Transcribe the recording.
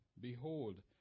Behold